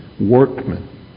workmen